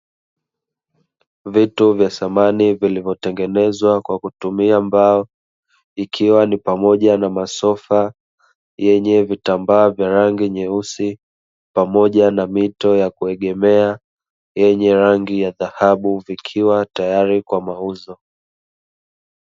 Vitu vya samani vilivyotengenezwa kwa kutumia mbao, ikiwa ni pamoja na masofa yenye vitambaa vya rangi nyeusi, pamoja na mito ya kuegemea yenye rangi ya dhahabu, vikiwa tayari kwa mauzo.